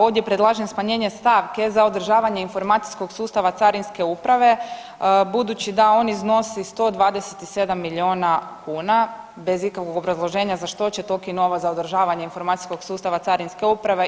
Ovdje predlažem smanjenje stavke za održavanje informacijskog sustava Carinske uprave budući da on iznosi 127 milijuna kuna bez ikakvog obrazloženja za što će toliki novac za održavanje informacijskog sustava Carinske uprave.